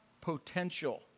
potential